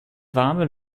warme